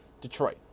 Detroit